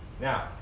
now